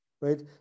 right